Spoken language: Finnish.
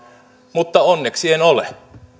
mutta onneksi en ole